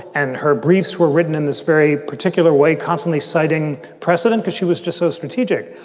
and her briefs were written in this very particular way, constantly citing precedent because she was just so strategic.